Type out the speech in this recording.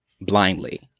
blindly